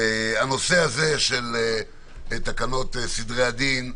הנושא הזה של תקנות סדרי הדין,